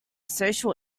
social